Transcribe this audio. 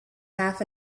half